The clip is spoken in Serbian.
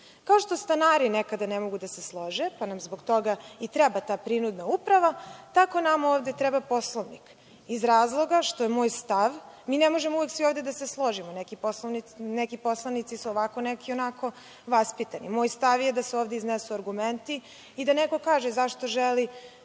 što stanari nekada ne mogu da se slože, pa nam zbog toga i treba da prinudna uprava, tako nama ovde treba Poslovnik. Mi ne možemo uvek svi ovde da se složimo. Neki poslanici su ovako, neki onako vaspitani. Moj stav je da se ovde iznesu argumenti i da neko kaže zašto želi